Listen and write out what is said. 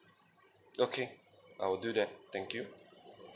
okay I will do that thank you